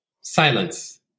silence